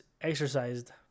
exercised